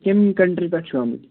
کمہِ کَنٹری پٮ۪ٹھ چھِو آمٕتۍ